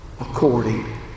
according